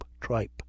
tripe